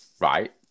Right